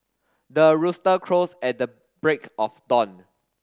the rooster crows at the break of dawn